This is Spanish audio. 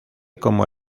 como